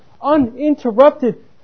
uninterrupted